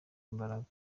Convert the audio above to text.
imbaraga